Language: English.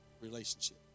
relationship